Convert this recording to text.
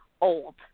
old